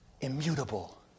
immutable